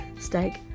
Steak